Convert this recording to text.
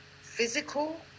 physical